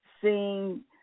seeing